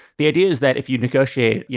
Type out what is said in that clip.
the idea is that if you negotiate, you